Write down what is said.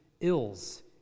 ills